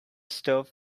stuff